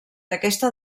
aquesta